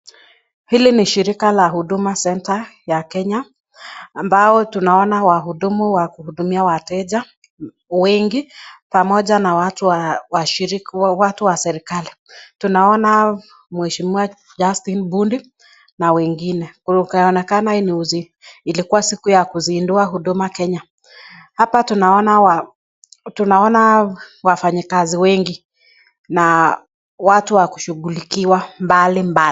Hili ni shirika la huduma center ya Kenya ambao tunaona wahudumu wa kuhudumia wateja wengi pamoja na watu wa serikali, tunaona mheshimiwa Justin Mbundi na wengine, inaonekana ilikuwa siku ya kusindua huduma Kenya, hapa tunaona wafanyi kazi wengi na watu wa kushughulikiwa mbalimbali.